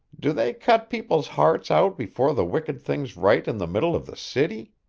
do they cut people's hearts out before the wicked things right in the middle of the city?